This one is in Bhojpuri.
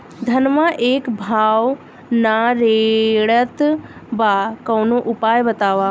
धनवा एक भाव ना रेड़त बा कवनो उपाय बतावा?